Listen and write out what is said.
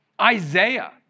Isaiah